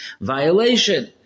violation